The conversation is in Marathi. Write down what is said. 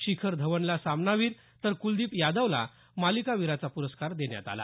शिखर धवनला सामनाविर तर कुलदीप यादवला मालिकावीराचा प्रस्कार देण्यात आला